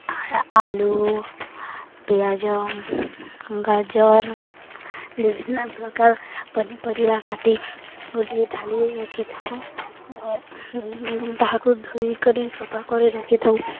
ଆଲୁ ପିଆଜ ଗାଜର୍ ବିଭିନ୍ନପ୍ରକାର ପନିପରିବା କାଟି ଗୋଟିଏ ଥାଳିରେ ରଖିଥାଉ ଏବଂ ତାହାକୁ ଧୋଇ କରି ସଫା କରି ରଖିଥାଉ